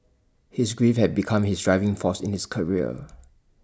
his grief had become his driving force in his career